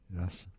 Yes